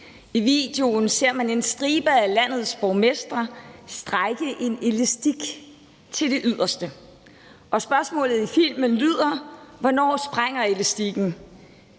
I videoen ser man en stribe af landets borgmestre strække en elastik til det yderste. Og spørgsmålet i filmen lyder: Hvornår springer elastikken?